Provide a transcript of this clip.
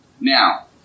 Now